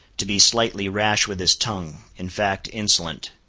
to be slightly rash with his tongue, in fact, insolent.